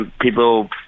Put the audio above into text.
People